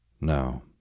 No